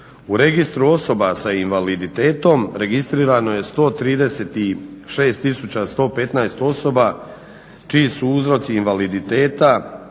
U Registru osoba sa invaliditetom registrirano je 136115 osoba čiji su uzroci invaliditeta